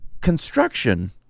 construction